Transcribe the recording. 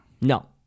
No